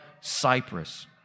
Cyprus